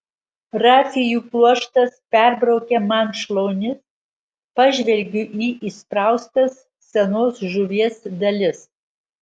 rafijų pluoštas perbraukia man šlaunis pažvelgiu į įspraustas senos žuvies dalis